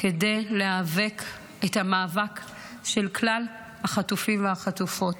כדי להיאבק את המאבק של כלל החטופים והחטופות,